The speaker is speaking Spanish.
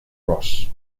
ross